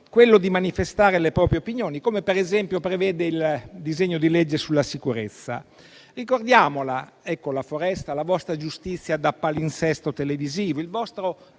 quello di manifestare le proprie opinioni, come per esempio prevede il disegno di legge sulla sicurezza. Ricordiamo la foresta, la vostra giustizia da palinsesto televisivo, il vostro